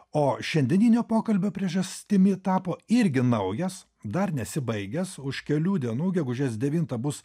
o šiandieninio pokalbio priežastimi tapo irgi naujas dar nesibaigęs už kelių dienų gegužės devintą bus